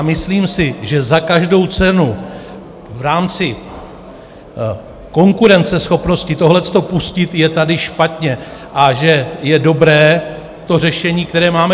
Myslím si, že za každou cenu v rámci konkurenceschopnosti tohle pustit je tady špatně a že je dobré to dosavadní řešení, které máme.